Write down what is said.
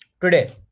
today